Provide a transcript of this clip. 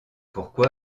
pourquoi